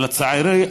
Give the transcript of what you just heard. לצערי,